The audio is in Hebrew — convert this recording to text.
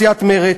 סיעת מרצ,